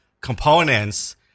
components